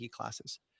classes